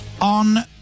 On